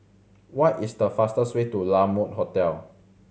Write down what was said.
what is the fastest way to La Mode Hotel